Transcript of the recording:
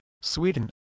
Sweden